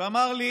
ואמר לי: